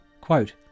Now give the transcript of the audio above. quote